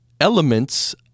elements